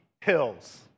hills